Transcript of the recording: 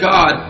God